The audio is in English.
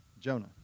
Jonah